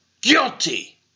Guilty